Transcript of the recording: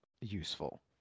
useful